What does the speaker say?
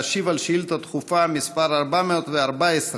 להשיב על שאילתה דחופה מס' 414,